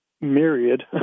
myriad